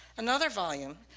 another volume,